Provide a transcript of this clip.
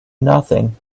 nothing